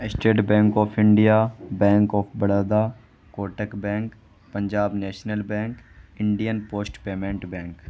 state Bank of India Bank of Baroda Kotak Bank Punjab National Bank Indian Post Payment bank